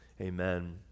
Amen